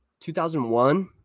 2001